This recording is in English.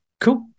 Cool